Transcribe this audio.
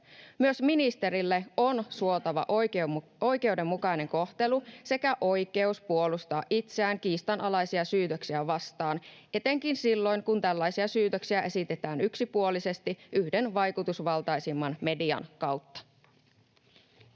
Myös ministerille on suotava oikeudenmukainen kohtelu sekä oikeus puolustaa itseään kiistanalaisia syytöksiä vastaan, etenkin silloin kun tällaisia syytöksiä esitetään yksipuolisesti yhden vaikutusvaltaisimman median kautta.